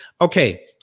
Okay